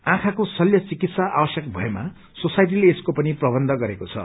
आँखाको शल्य चिकित्सा आवश्यक भएामा सोसाईटिले यसको पनि प्रबन्ध गरेको छ